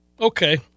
okay